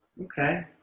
Okay